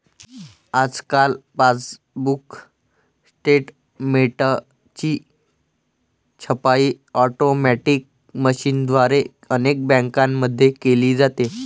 आजकाल पासबुक स्टेटमेंटची छपाई ऑटोमॅटिक मशीनद्वारे अनेक बँकांमध्ये केली जाते